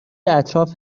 اطراف